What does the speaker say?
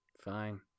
fine